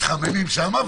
מתחממים שם,